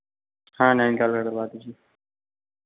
हाँ नैनीताल वगैरह